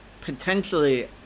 potentially